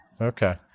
okay